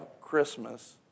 Christmas